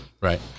right